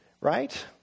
Right